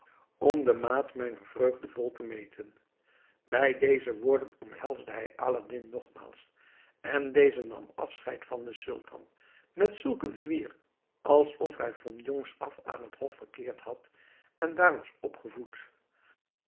om de maat mijner vreugde vol te meten bij deze woorden omhelsde hij aladdin nogmaals en deze nam afscheid van den sultan met zulk een zwier alsof hij van jongsaf aan het hof verkeerd had en daar was opgevoed